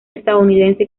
estadounidense